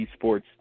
esports